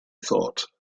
thought